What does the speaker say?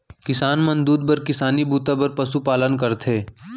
किसान मन दूद बर किसानी बूता बर पसु पालन करथे